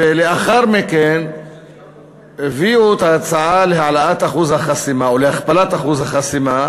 ולאחר מכן הביאו את ההצעה להעלאת אחוז החסימה או להכפלת אחוז החסימה,